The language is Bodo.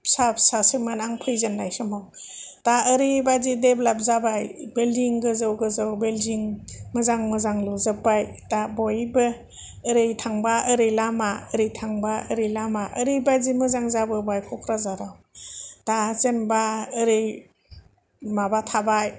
फिसा फिसासोमोन आं फैजेननाय समाव दा ओरैबायदि डेब्लाब जाबाय बिलडिं गोजौ बिलडिं मोजां मोजां लुजोबबाय दा बयबो ओरै थांबा ओरै लामा ओरै थांबा ओरै लामा ओरैबादि मोजां जाजोबाय क'क्राझाराव दा जेनोबा ओरै माबा थाबाय